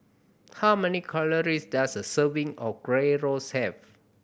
how many calories does a serving of Gyros have